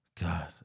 God